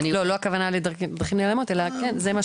לא, לא הכוונה לדרכים נעלמות, אלא זה מה